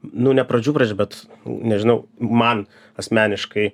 nu ne pradžių pradžia bet n nežinau man asmeniškai